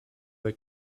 they